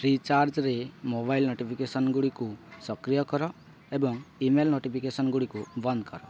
free ଚାର୍ଜ୍ରେ mobile ନୋଟିଫିକେସନ୍ଗୁଡ଼ିକୁ ସକ୍ରିୟ କର ଏବଂ ଇମେଲ୍ ନୋଟିଫିକେସନ୍ଗୁଡ଼ିକୁ ବନ୍ଦ କର